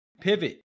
pivot